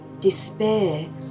despair